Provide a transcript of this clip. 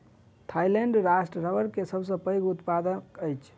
Thailand राष्ट्र रबड़ के सबसे पैघ उत्पादक अछि